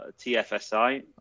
TFSI